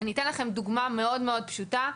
אני אתן לכם דוגמה מאוד מאוד פשוטה.